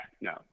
No